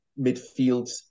midfields